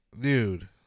Dude